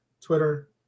Twitter